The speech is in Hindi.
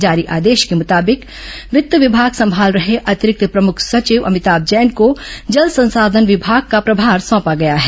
जारी आदेश के मुताबिक वित्त विभाग संभाल रहे अतिरिक्त प्रमुख सचिव अमिताम जैन को जल संसाधन विभाग का प्रभार सौंपा गया है